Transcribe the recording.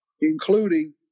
including